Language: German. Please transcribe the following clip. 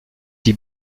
die